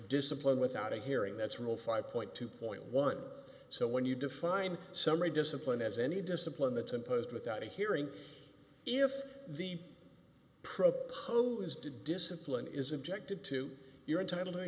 discipline without a hearing that's rule five point two point one so when you define summary discipline as any discipline that's imposed without a hearing if the proposed to discipline is objected to you're entitled to a